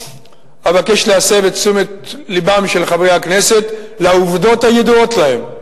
אבקש להסב את תשומת לבם של חברי הכנסת לעובדות הידועות להם.